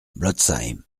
blotzheim